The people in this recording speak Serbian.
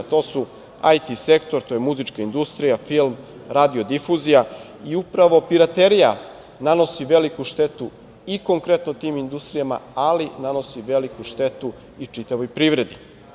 To su IT sektor, muzička industrija, film, radio difuzija i upravo piraterija nanosi veliku štetu i konkretno tim industrijama, ali i nanosi veliku štetu i čitavoj privredi.